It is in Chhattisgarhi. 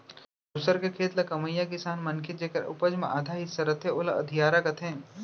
दूसर के खेत ल कमइया किसान मनखे जेकर उपज म आधा हिस्सा रथे ओला अधियारा कथें